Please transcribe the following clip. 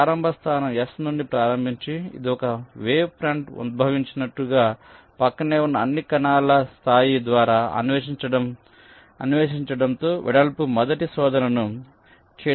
ప్రారంభ స్థానం S నుండి ప్రారంభించి ఇది ఒక వేవ్ ఫ్రంట్ ఉద్భవించినట్లుగా ప్రక్కనే ఉన్న అన్ని కణాల స్థాయి ద్వారా అన్వేషించడం తో వెడల్పు మొదటి శోధనను చేయడానికి ప్రయత్నిస్తుంది